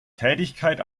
tätigkeit